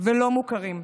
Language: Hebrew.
ולא מוכרים.